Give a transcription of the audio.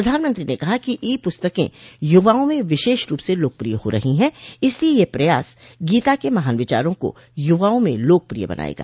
प्रधानमंत्री ने कहा कि ई पुस्तकें युवाओं में विशेष रूप से लोकप्रिय हो रही हैं इसलिए यह प्रयास गीता के महान विचारों को युवाओं में लोकप्रिय बनायेगा